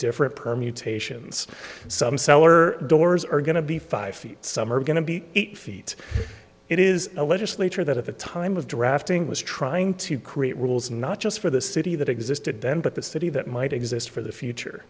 different permutations some seller doors are going to be five feet some are going to be eight feet it is a legislature that at the time of drafting was trying to create rules not just for the city that existed then but the city that might exist for the future